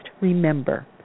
remember